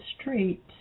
street